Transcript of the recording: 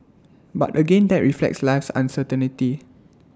but again that reflects life's uncertainty